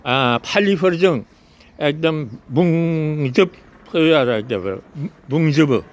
फालिफोरजों एखदम बुंजोब होयो आरो बुंजोबो